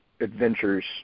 adventures